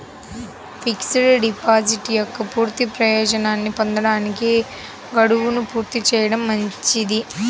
fixed deposit యొక్క పూర్తి ప్రయోజనాన్ని పొందడానికి, గడువును పూర్తి చేయడం మంచిది